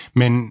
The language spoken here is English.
men